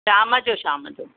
शाम जो शाम जो